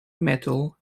metal